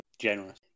generous